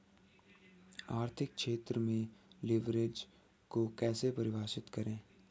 आर्थिक क्षेत्र में लिवरेज को कैसे परिभाषित करेंगे?